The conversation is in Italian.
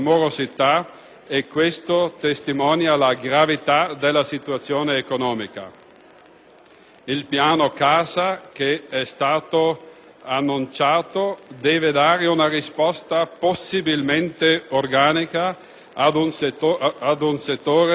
Il Piano casa che è stato annunciato deve dare una risposta possibilmente organica al settore, soprattutto sul piano sociale, ma direi anche dal punto di vista economico.